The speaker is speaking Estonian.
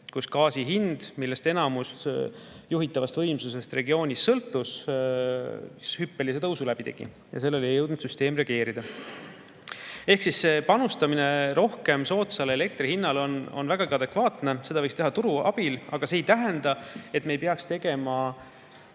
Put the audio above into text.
– [gaasist] sõltus enamus juhitavast võimsusest regioonis – hüppelise tõusu läbi tegi. Sellele ei jõudnud süsteem reageerida. Ehk siis rohkem panustamine soodsale elektri hinnale on vägagi adekvaatne, seda võiks teha turu abil, aga see ei tähenda, et me ei peaks tegema